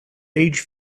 age